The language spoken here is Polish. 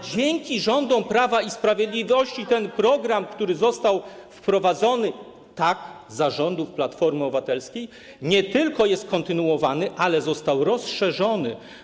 Ale dzięki rządom Prawa i Sprawiedliwość ten program, który, tak, został wprowadzony za rządów Platformy Obywatelskiej, nie tylko jest kontynuowany, ale i został rozszerzony.